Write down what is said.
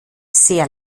sehr